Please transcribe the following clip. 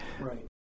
Right